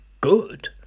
good